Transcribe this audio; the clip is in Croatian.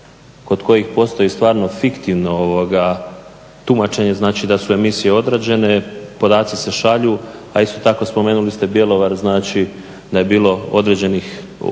kod kojih postoji stvarno fiktivno tumačenje. Znači, da su emisije odrađene, podaci se šalju, a isto tako spomenuli ste Bjelovar. Znači da je bilo određenih uputa na